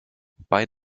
bei